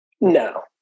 No